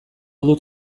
dut